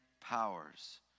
powers